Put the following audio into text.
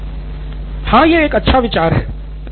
सिद्धार्थ मातुरी हाँ यह अच्छा विचार है